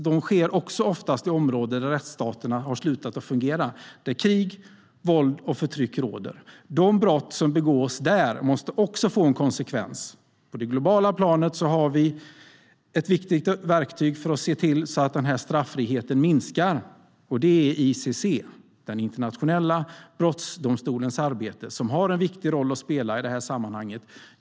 De sker också oftast i områden där rättsstaterna slutat fungera och där krig, våld och förtryck råder. De brott som begås där måste också få en konsekvens. På det globala planet har vi ett viktigt verktyg för att se till att denna straffrihet minskar, nämligen ICC, den internationella brottmålsdomstolen, vars arbete har en viktig roll att spela i detta sammanhang.